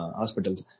hospitals